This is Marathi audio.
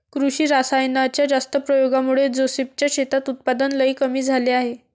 कृषी रासायनाच्या जास्त प्रयोगामुळे जोसेफ च्या शेतात उत्पादन लई कमी झाले आहे